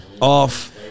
off